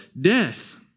death